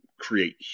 create